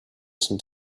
some